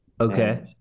Okay